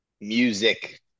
music